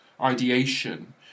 ideation